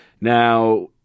now